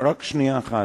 רק שנייה אחת,